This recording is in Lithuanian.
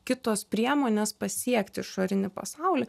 kitos priemonės pasiekti išorinį pasaulį